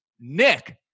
Nick